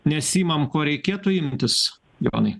nesiimam ko reikėtų imtis jonai